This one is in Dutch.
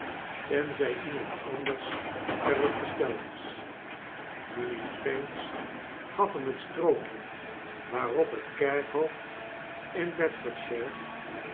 tenzij iemand anders er op gesteld is mijnheer pancks gaf hem het strookje waarop het kerkhof in